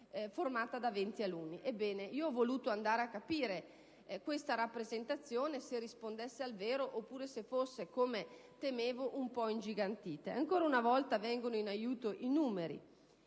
formata da 20 alunni! Ebbene, ho cercato di capire se questa rappresentazione corrispondesse al vero oppure fosse - come ritenevo - un po' ingigantita. Ancora una volta vengono in aiuto i numeri.